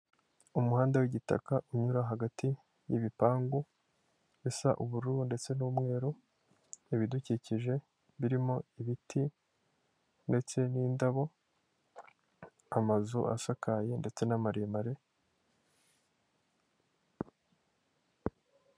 Umuhanda w'igitaka, unyura hagati y'ibipangu bisa ubururu ndetse n'umweru, ibidukikije birimo ibiti ndetse n'indabo, amazu asakaye ndetse n'amaremare.